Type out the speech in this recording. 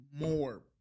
more